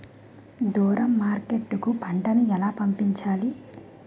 దూరం మార్కెట్ కు పంట ను ఎలా పంపించాలి?